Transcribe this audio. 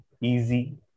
easy